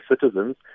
citizens